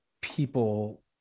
people